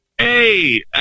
Hey